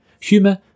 Humor